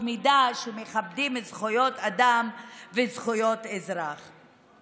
מידה שמכבדות זכויות אדם וזכויות אזרח.